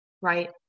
right